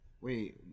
wait